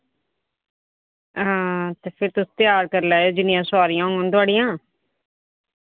ते फिर तुस त्यार करी लैयो जिन्नियां सोआरियां होङन थुआढ़ियां